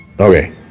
Okay